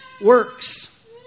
works